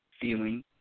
feeling